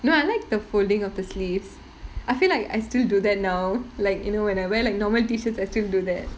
no I like the folding of the sleeves I feel like I still do that now like you know when I wear like normal T-shirt I still do that